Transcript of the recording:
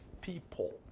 people